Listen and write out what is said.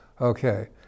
Okay